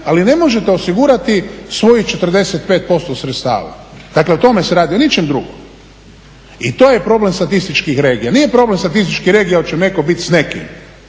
ali ne možete osigurati svojih 45% sredstava. Dakle, o tome se radi, o ničem drugom. I to je problem statističkih regija, nije problem statističkih regija oče neko bit s nekim,